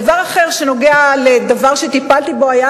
דבר אחר שנוגע לדבר שטיפלתי בו היה